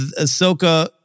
Ahsoka